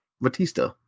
Batista